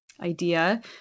idea